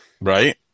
Right